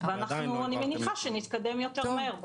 ואני מניחה שנתקדם מהר יותר.